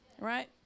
right